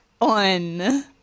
on